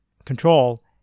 control